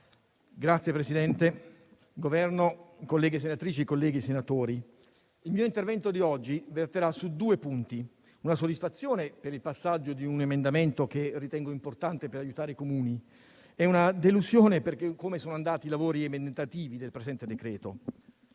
rappresentanti del Governo, colleghe senatrici e colleghi senatori, il mio intervento di oggi verterà su due punti: la soddisfazione per il passaggio di un emendamento che ritengo importante per aiutare i Comuni e la delusione per come sono andati i lavori emendativi del presente decreto-legge.